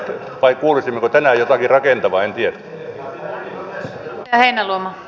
vai kuulisimmeko tänään jotakin rakentavaa en tiedä